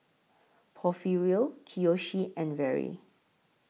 Porfirio Kiyoshi and Vere